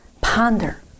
ponder